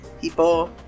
people